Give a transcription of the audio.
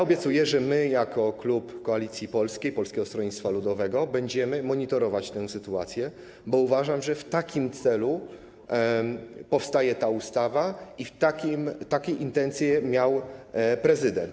Obiecuję, że my jako klub Koalicji Polskiej, Polskiego Stronnictwa Ludowego będziemy monitorować tę sytuację, bo uważam, że w takim celu powstaje ta ustawa i takie intencje miał prezydent.